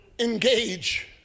engage